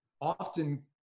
often